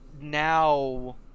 Now